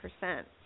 percent